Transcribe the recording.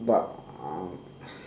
but um